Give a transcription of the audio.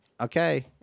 Okay